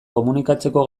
komunikatzeko